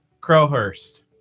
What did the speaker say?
Crowhurst